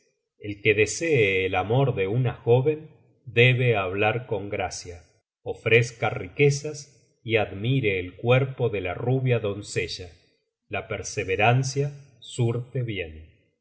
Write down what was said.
el que desee el amor de una jóven debe hablar con gracia ofrezca riquezas y admire el cuerpo de la rubia doncella la perseverancia surte bien